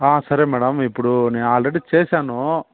సరే మేడం ఇప్పుడు నేను అల్రెడీ చేశాను